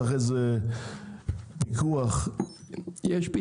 צריך איזה פיקוח --- יש פתרון.